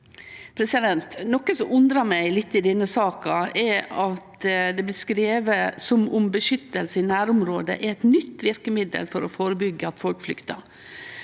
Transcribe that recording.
praksis? Noko som undrar meg litt i denne saka, er at det er beskrive som om beskyttelse i nærområde er eit nytt verkemiddel for å førebyggje at folk flyktar.